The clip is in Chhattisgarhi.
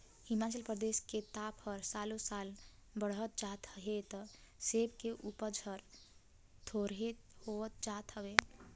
हिमाचल परदेस के ताप हर सालो साल बड़हत जात हे त सेब के उपज हर थोंरेह होत जात हवे